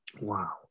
Wow